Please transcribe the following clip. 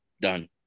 done